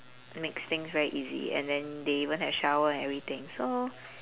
makes things very easy and then they even have shower and everything so